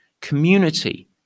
Community